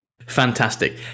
Fantastic